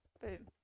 Boom